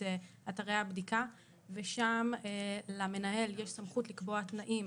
אתרי הבדיקה ושם למנהל יש סמכות לקבוע תנאים